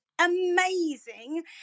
amazing